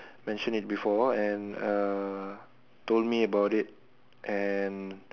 mention it before and uh told me about it and